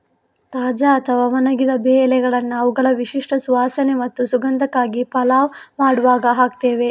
ತಾಜಾ ಅಥವಾ ಒಣಗಿದ ಬೇ ಎಲೆಗಳನ್ನ ಅವುಗಳ ವಿಶಿಷ್ಟ ಸುವಾಸನೆ ಮತ್ತು ಸುಗಂಧಕ್ಕಾಗಿ ಪಲಾವ್ ಮಾಡುವಾಗ ಹಾಕ್ತೇವೆ